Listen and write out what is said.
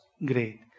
Great